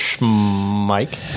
Mike